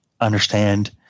understand